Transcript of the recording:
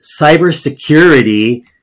cybersecurity